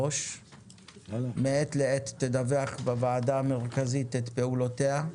מעת לעת היא תדווח בוועדה המרכזית את פעולותיה.